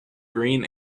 green